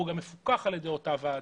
האדם הזה גם מפוקח על ידי אותה הוועדה.